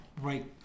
Right